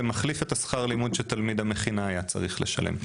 זה מחליף את שכר הלימוד שתלמיד המכינה היה צריך לשלם.